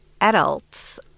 adults